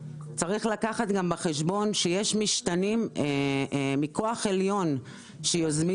צריך לקחת בחשבון שיש משתנים מכוח עליון שיוזמים